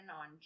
on